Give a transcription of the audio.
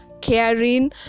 caring